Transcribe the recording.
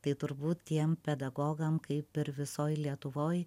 tai turbūt tiem pedagogam kaip ir visoj lietuvoj